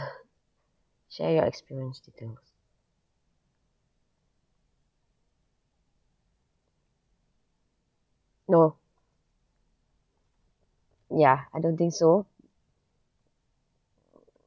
share your experience to them no ya I don't think so